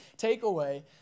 takeaway